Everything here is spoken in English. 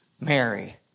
Mary